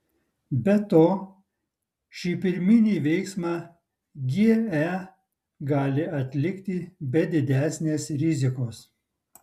be to šį pirminį veiksmą ge gali atlikti be didesnės rizikos